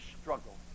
struggle